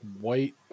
white